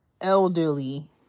elderly